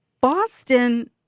Boston